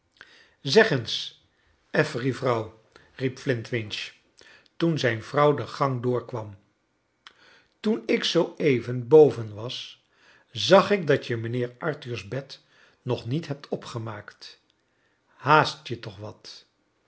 eens affery vrouw riep flint winch toen zijn vrouw de gan doorkwarn toen ik zooeven boven was zag ik dat je mijnheer arthur's bed nog niet hebt opgemaakt haast je toch wat